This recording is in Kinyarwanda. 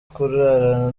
kurarana